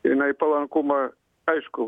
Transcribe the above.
jinai palankumą aišku